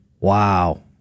wow